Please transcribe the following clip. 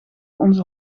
onze